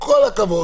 עם כל הכבוד,